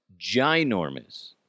Ginormous